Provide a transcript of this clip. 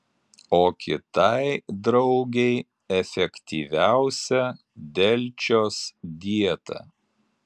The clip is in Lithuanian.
o kitai draugei efektyviausia delčios dieta